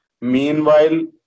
meanwhile